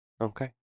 Okay